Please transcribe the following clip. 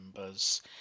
members